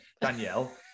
Danielle